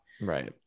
Right